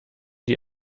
die